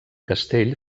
castell